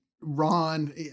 Ron